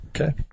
Okay